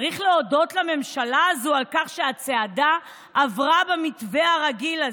צריך להודות לממשלה הזאת על כך שהצעדה עברה במתווה הרגיל הזה.